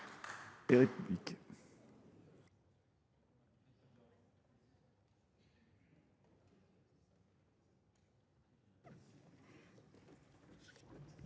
Merci